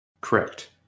Correct